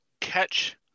catch